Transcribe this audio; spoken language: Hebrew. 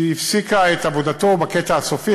שהיא הפסיקה את עבודתו בקטע הסופי,